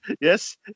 yes